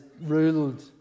ruled